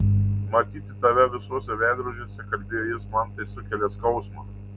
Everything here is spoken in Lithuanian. matyti tave visuose veidrodžiuose kalbėjo jis man tai sukelia skausmą